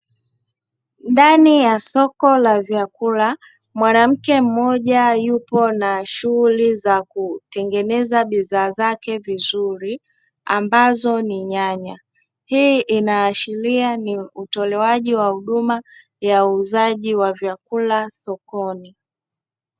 Ndani ya soko la vyakula mwanamke mmoja yupo na shughuli za kutengeneza bidhaa zake vizuri ambazo ni nyanya. Hii inaashiria ni utolewaji wa huduma ya uuzaji wa vyakula sokoni.